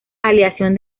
aleación